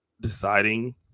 deciding